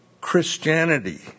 Christianity